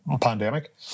pandemic